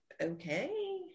okay